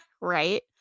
Right